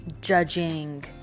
judging